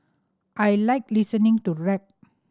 I like listening to rap